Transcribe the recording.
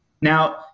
Now